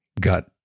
got